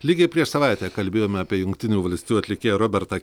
lygiai prieš savaitę kalbėjome apie jungtinių valstijų atlikėją robertą